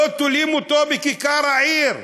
לא תולים אותו בכיכר העיר.